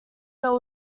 there